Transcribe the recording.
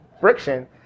friction